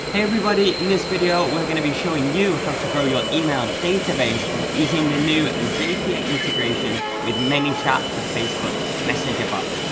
hey everybody, in this video we're gonna be showing you how to grow your email database using the new zapier integration with manychat for facebook messenger bots.